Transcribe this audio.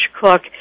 Cook